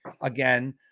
again